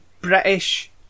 British